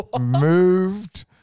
moved